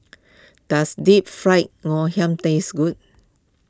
does Deep Fried Ngoh Hiang taste good